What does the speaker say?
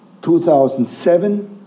2007